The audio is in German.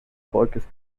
volkes